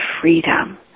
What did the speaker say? freedom